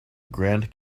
grand